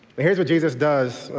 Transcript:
but here's what jesus does.